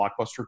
blockbuster